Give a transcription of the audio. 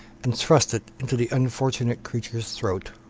and thrust it into the unfortunate creature's throat.